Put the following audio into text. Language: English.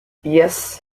yes